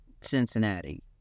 Cincinnati